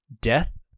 death